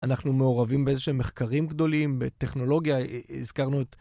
אנחנו מעורבים באיזשהם מחקרים גדולים, בטכנולוגיה, הזכרנו את...